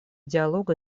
диалога